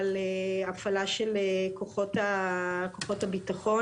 כי רוצים לאפשר לחזור עם כל מיני תשובות.